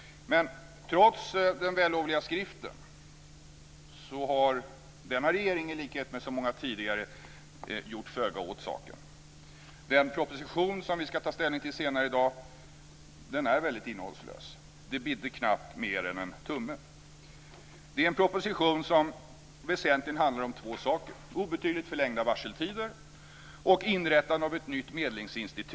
Trots den vällovliga skriften har denna regering, i likhet med så många tidigare, gjort föga åt saken. Den proposition som vi ska ta ställning till senare i dag är väldigt innehållslös - det bidde knappt mer än en tumme. Det är en proposition som väsentligen handlar om två saker; obetydligt förlängda varseltider och inrättande av ett nytt medlingsinstitut.